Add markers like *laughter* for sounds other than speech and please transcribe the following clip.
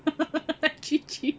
*laughs*